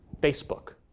facebook.